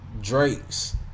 Drake's